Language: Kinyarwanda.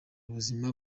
ubuzima